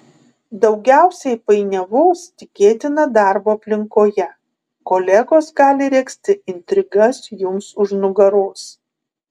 daugiausiai painiavos tikėtina darbo aplinkoje kolegos gali regzti intrigas jums už nugaros